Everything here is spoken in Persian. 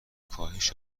کاهش